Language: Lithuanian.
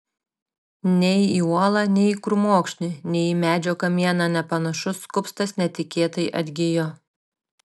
nei į uolą nei į krūmokšnį nei į medžio kamieną nepanašus kupstas netikėtai atgijo